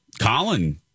Colin